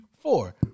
four